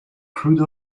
crude